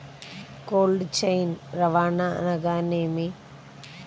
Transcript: Cold chain రవాణా అనగా నేమి?